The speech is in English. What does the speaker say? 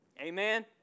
Amen